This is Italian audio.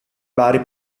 vari